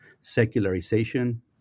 secularization